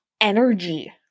energy